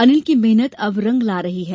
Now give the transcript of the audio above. अनिल की मेहनत अब रंग ला रही है